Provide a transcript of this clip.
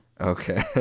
okay